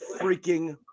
freaking